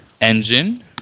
engine